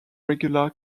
regular